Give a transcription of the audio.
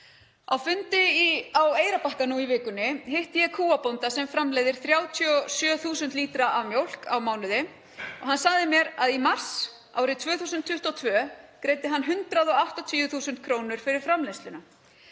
Á fundi á Eyrarbakka nú í vikunni hitti ég kúabónda sem framleiðir 37.000 lítra af mjólk á mánuði. Hann sagði mér að í mars árið 2022 hafi hann greitt 180.000 kr. fyrir framleiðsluna